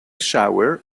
shower